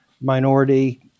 minority